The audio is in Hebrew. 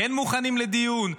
כן מוכנים לדיון,